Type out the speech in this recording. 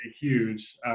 huge